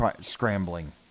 scrambling